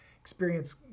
experience